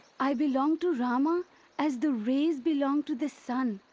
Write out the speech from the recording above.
i belong to rama as the rays belong to the sun.